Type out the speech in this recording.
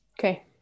Okay